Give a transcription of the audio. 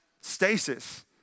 stasis